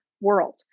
world